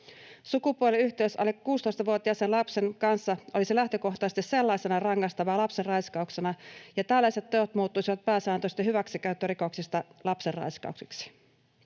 Sukupuoliyhteys alle 16-vuotiaan lapsen kanssa olisi lähtökohtaisesti sellaisenaan rangaistavaa lapsenraiskauksena, ja tällaiset teot muuttuisivat pääsääntöisesti hyväksikäyttörikoksista lapsenraiskauksiksi.